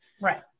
Right